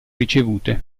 ricevute